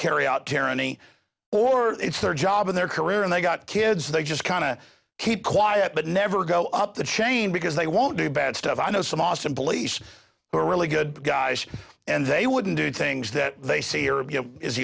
carry out jeremy or it's their job or their career and they got kids they just kind of keep quiet but never go up the chain because they won't do bad stuff i know some awesome police who are really good guys and they wouldn't do things that they say are you know is